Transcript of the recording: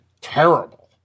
terrible